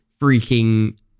freaking